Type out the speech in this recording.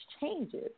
changes